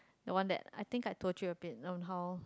the one that I think I told you a bit on how